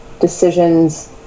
decisions